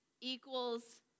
equals